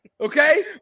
Okay